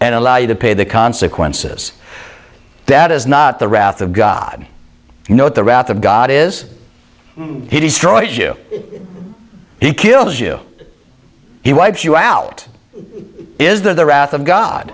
and allow you to pay the consequences that is not the wrath of god you know what the wrath of god is he destroys you he kills you he wipes you out is there the wrath of god